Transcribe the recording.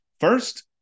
first